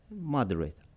Moderate